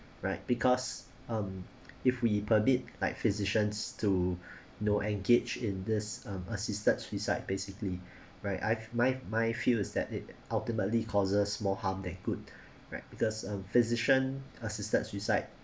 right because um if we permit like physicians to know engaged in this um assisted suicide basically right I've my my fears that it ultimately causes more harm than good right because a physician assisted suicide